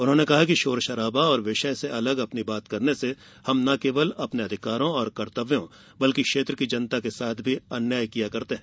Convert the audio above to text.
उन्होने कहा कि शोर शराबा और विषय से अलग अपनी बात करने से हम न केवल अपने अधिकारों कर्त्तव्यों बल्कि क्षेत्र की जनता के साथ ही अन्याय करते हैं